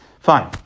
Fine